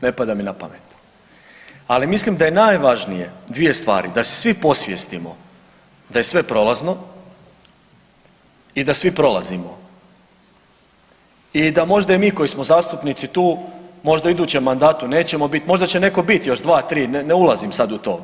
Ne pada mi na pamet, ali mislim da je najvažnije dvije stvari da se svi posvijestimo da je sve prolazno i da svi prolazimo i da možda i mi koji smo zastupnici tu možda u idućem mandatu nećemo biti, možda će netko biti još dva, tri ne ulazim sada u to.